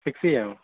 fix ചെയ്യാമോ